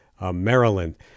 Maryland